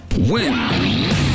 Win